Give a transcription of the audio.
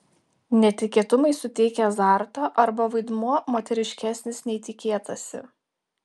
netikėtumai suteikia azarto arba vaidmuo moteriškesnis nei tikėtasi